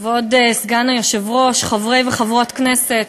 כבוד סגן היושב-ראש, חברי וחברות הכנסת,